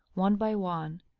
one by one,